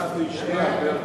אבל לך הוא ישמע הרבה יותר.